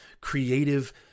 creative